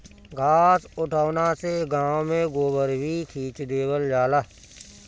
घास उठौना से गाँव में गोबर भी खींच देवल जाला